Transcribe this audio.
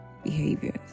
behaviors